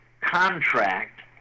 contract